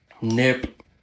Nip